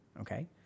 Okay